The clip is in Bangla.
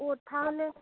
ও তাহলে